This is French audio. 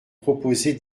proposés